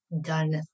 done